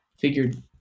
figured